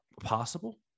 possible